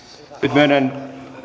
myönnän